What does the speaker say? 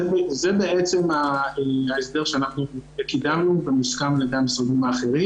זה בעצם ההסדר שאנחנו קידמנו והוא מוסכם גם על משרדים אחרים.